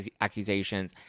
accusations